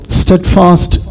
steadfast